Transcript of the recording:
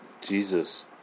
Jesus